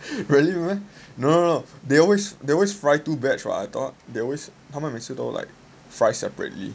really meh no no no they always fry two batch [what] I thought they always 会 like fry separately